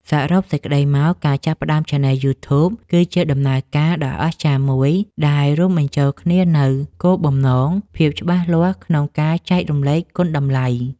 សរុបសេចក្ដីមក ការចាប់ផ្តើមឆានែលយូធូប គឺជាដំណើរការដ៏អស្ចារ្យមួយដែលរួមបញ្ចូលគ្នានូវ គោលបំណង ភាពច្បាស់លាស់ក្នុងការចែករំលែកគុណតម្លៃ ។